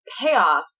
payoff